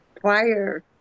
prior